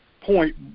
point